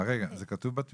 אה, רגע, זה כתוב בטיוטה?